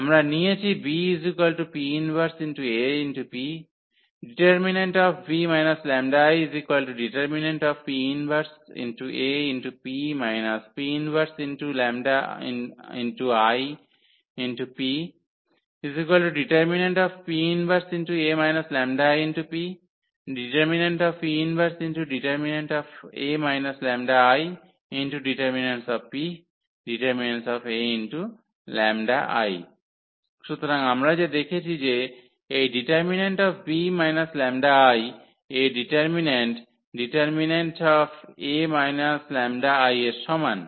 আমরা নিয়েছি সুতরাং আমরা যা দেখেছি যে এই detB 𝜆𝐼 এর ডিটারমিন্যান্ট detA 𝜆𝐼 এর সমান